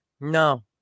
No